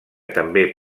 també